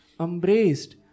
embraced